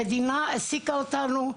המדינה העסיקה אותנו,